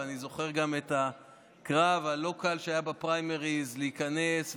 ואני זוכר את הקרב הלא-קל שהיה בפריימריז להיכנס,